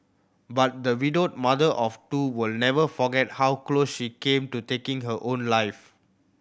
but the widowed mother of two will never forget how close she came to taking her own life